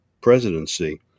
presidency